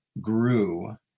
grew